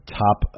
top